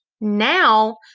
Now